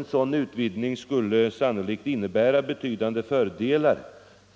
En sådan utvidgning skulle sannolikt innebära betydande fördelar